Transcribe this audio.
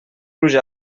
pluja